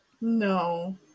No